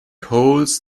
holds